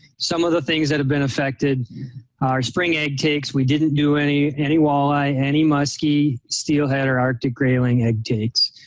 some of the things that have been affected are spring egg takes. we didn't do any any walleye, any muskie, steelhead or arctic grayling egg takes.